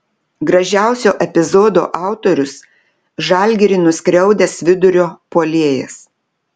gražiausio epizodo autorius žalgirį nuskriaudęs vidurio puolėjas